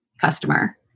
customer